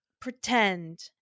pretend